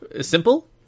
simple